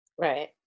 Right